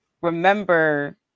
remember